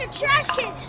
ah trash can.